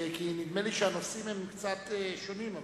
כי נדמה לי שהנושאים הם קצת שונים.